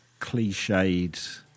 cliched